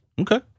Okay